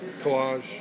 collage